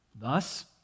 Thus